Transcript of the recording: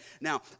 Now